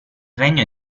regno